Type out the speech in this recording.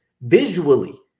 visually